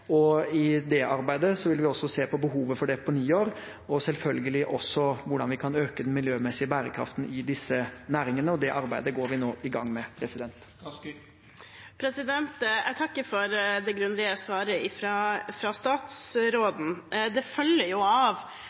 virke. I det arbeidet vil vi også se på behovet for deponier og selvfølgelig også hvordan vi kan øke den miljømessige bærekraften i disse næringene. Det arbeidet går vi nå i gang med. Jeg takker for det grundige svaret fra statsråden. Det følger av